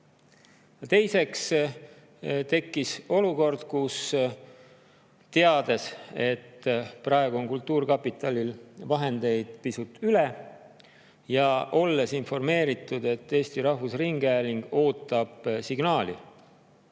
Teiseks tekkis olukord, kus – teades, et praegu on kultuurkapitalil vahendeid pisut üle, ja olles informeeritud, et Eesti Rahvusringhääling ootab signaali,